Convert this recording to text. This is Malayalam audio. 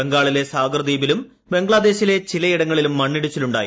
ബംഗാളിലെ സാഗർ ദ്വീപിലും ബംഗ്ലാദേളിലെ ചിലയിടങ്ങളിലും മണ്ണിടിച്ചിൽ ഉണ്ടായി